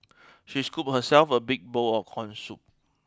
she scooped herself a big bowl of corn soup